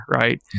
right